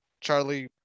Charlie